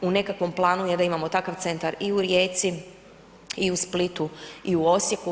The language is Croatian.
U nekakvom planu je da imamo takav centar i u Rijeci i u Splitu i u Osijeku.